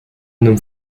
nomme